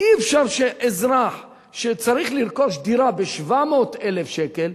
אי-אפשר שאזרח שצריך לרכוש דירה ב-700,000 שקלים,